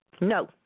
No